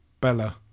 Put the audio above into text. Bella